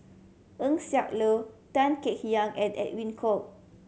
Eng Siak Loy Tan Kek Hiang and Edwin Koek